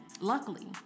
Luckily